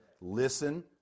Listen